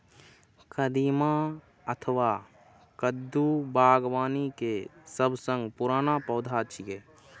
कदीमा अथवा कद्दू बागबानी के सबसं पुरान पौधा छियै